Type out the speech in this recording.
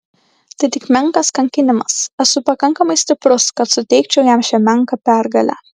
tai tik menkas kankinimas esu pakankamai stiprus kad suteikčiau jam šią menką pergalę